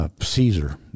Caesar